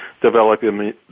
developing